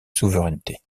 souveraineté